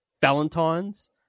Valentine's